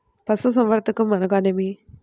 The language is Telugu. పశుసంవర్ధకం అనగా ఏమి?